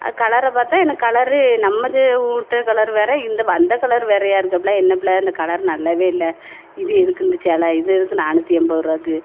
அது கலரை பார்த்தா எனக்கு கலரு நம்மளது விட்ட கலர் வேறு இந்த வந்த கலர் வேறேயா இருக்கே பிள்ள என்னப் பிள்ள இந்த கலர் நல்லாவே இல்லை இது எதுக்கு இந்த சேலை இது எதுக்கு நானூற்றி எண்பது ரூபாக்கு